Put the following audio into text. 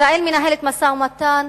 ישראל מנהלת משא-ומתן